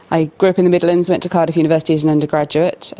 i grew up in the midlands, went to cardiff university as an undergraduate,